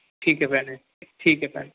ਠੀਕ ਹੈ ਭੈਣੇ ਠੀਕ ਹੈ ਭੈਣ